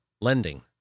Lending